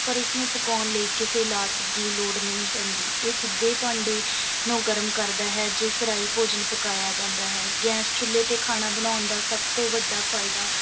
ਪਰ ਇਸ ਨੂੰ ਪਕਾਉਣ ਲਈ ਕਿਸੇ ਲਾਟ ਦੀ ਲੋੜ ਨਹੀਂ ਪੈਂਦੀ ਇਹ ਸਿੱਧੇ ਭਾਂਡੇ ਨੂੰ ਗਰਮ ਕਰਦਾ ਹੈ ਜਿਸ ਰਾਹੀਂ ਭੋਜਨ ਪਕਾਇਆ ਜਾਂਦਾ ਹੈ ਗੈਸ ਚੁੱਲ੍ਹੇ 'ਤੇ ਖਾਣਾ ਬਣਾਉਣ ਦਾ ਸਭ ਤੋਂ ਵੱਡਾ ਫਾਇਦਾ